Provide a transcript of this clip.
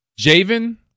Javen